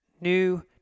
new